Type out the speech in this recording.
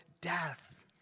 death